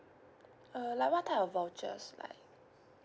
uh like what type of vouchers like